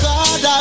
God